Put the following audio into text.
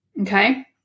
okay